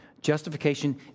Justification